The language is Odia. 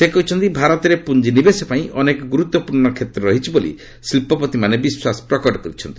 ସେ କହିଛନ୍ତି ଭାରତରେ ପୁଞ୍ଜିନିବେଶ ପାଇଁ ଅନେକ ଗୁରୁତ୍ୱପୂର୍ଣ୍ଣ କ୍ଷେତ୍ର ରହିଛି ବୋଲି ଶିଳ୍ପପତିମାନେ ବିଶ୍ୱାସ ପ୍ରକଟ କରିଛନ୍ତି